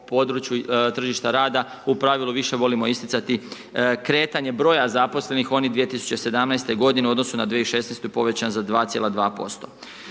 području tržišta rada, u pravilu više volimo isticati kretanje broja zaposlenih, oni 2017. g. u odnosu na 2016. je povećan za 2,2%.